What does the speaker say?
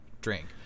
drink